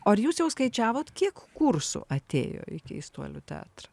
o ar jūs jau skaičiavot kiek kursų atėjo į keistuolių teatrą